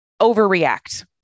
overreact